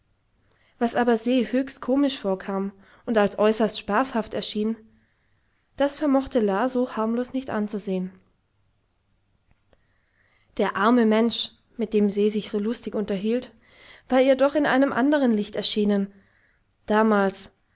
was aber se höchst komisch vorkam und als äußerst spaßhaft erschien das vermochte la so harmlos nicht anzusehen der arme mensch mit dem se sich so lustig unterhielt war ihr doch in einem andern licht erschienen damals